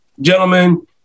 gentlemen